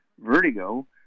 Vertigo